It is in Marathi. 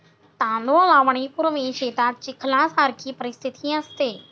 तांदूळ लावणीपूर्वी शेतात चिखलासारखी परिस्थिती असते